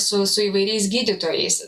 su su įvairiais gydytojais